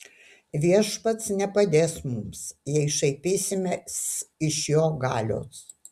viešpats nepadės mums jei šaipysimės iš jo galios